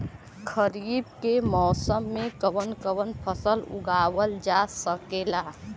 खरीफ के मौसम मे कवन कवन फसल उगावल जा सकेला?